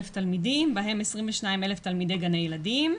תלמידים בהם 22,000 תלמידי גני ילדים.